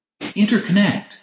interconnect